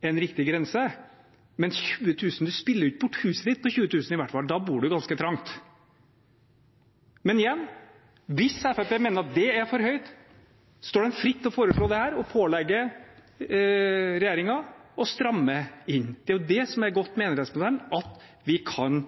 en riktig grense, men man spiller i hvert fall ikke bort huset sitt på 20 000 kr, da bor man ganske trangt. Men igjen: Hvis Fremskrittspartiet mener at det er for høyt, står de fritt til å foreslå det her og pålegge regjeringen å stramme inn. Det er det som er godt med enerettsmodellen, at vi kan